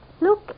Look